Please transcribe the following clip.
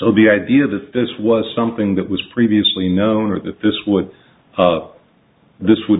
so the idea that this was something that was previously unknown or that this would up this would